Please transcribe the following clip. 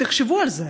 תחשבו על זה.